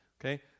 Okay